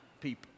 people